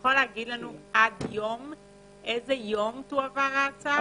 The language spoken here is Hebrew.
יכול להגיד לנו עד איזה יום תועבר ההצעה.